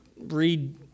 read